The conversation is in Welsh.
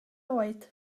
oed